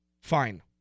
fine